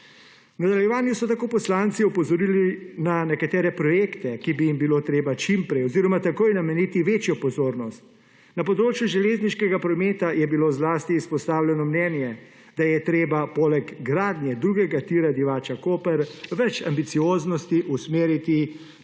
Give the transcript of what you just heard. nadaljevanju so tako poslanci opozorili na nekatere projekte, ki bi jim bilo treba čim prej oziroma takoj nameniti večjo pozornost. Na področju železniškega prometa je bilo zlasti izpostavljeno mnenje, da je treba poleg gradnje drugega tira Divača-Koper več ambicioznosti usmeriti tudi